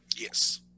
Yes